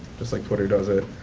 just like twitter does it.